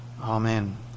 amen